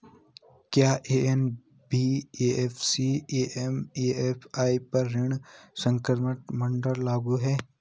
क्या NBFC MFI पर ऋण संकेन्द्रण मानदंड लागू हैं?